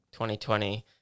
2020